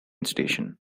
station